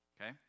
Okay